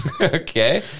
Okay